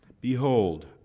Behold